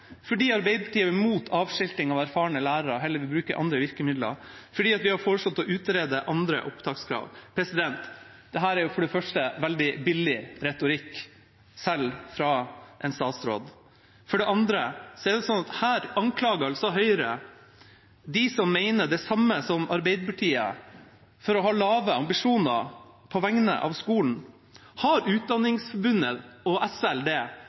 andre virkemidler, og fordi vi har foreslått å utrede andre opptakskrav. Dette er for det første veldig billig retorikk, selv fra en statsråd. For det andre anklager altså Høyre de som mener det samme som Arbeiderpartiet, for å ha lave ambisjoner på vegne av skolen. Har Utdanningsforbundet og Skolenes landsforbund – de som representerer flertallet av lærerne i skolen – det?